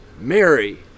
Mary